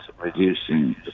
reducing